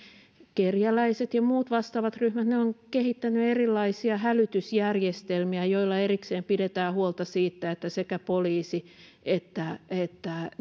kerjäläiset ja muut vastaavat ryhmät ovat kehittäneet erilaisia hälytysjärjestelmiä joilla erikseen pidetään huolta siitä että sekä poliisi että että